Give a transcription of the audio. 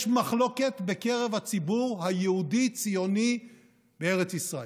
מחלוקת בקרב הציבור היהודי-ציוני בארץ ישראל.